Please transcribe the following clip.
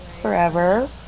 forever